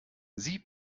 sie